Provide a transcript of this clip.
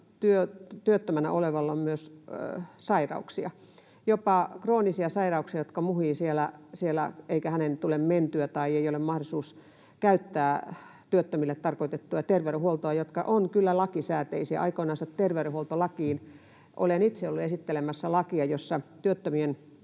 työttömänä olevalla on myös sairauksia, jopa kroonisia sairauksia, jotka muhivat siellä, eikä hänen tule mentyä tai ei ole mahdollista käyttää työttömille tarkoitettua terveydenhuoltoa, joka on kyllä lakisääteinen. Olen itse ollut esittelemässä lakia, jossa työttömien